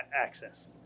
access